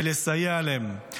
ולסייע להם.